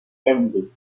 yaoundé